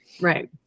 Right